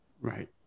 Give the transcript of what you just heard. Right